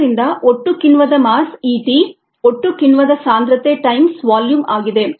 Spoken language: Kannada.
ಆದ್ದರಿಂದ ಒಟ್ಟು ಕಿಣ್ವದ ಮಾಸ್ Et ಒಟ್ಟು ಕಿಣ್ವದ ಸಾಂದ್ರತೆ ಟೈಮ್ಸ್ ವಾಲ್ಯೂಮ್ ಆಗಿದೆ